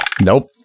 nope